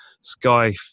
Sky